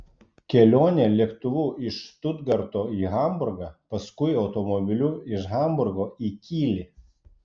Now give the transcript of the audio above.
kelionė lėktuvu iš štutgarto į hamburgą paskui automobiliu iš hamburgo į kylį